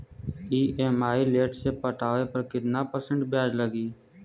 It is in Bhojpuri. ई.एम.आई लेट से पटावे पर कितना परसेंट ब्याज लगी?